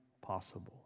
possible